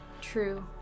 True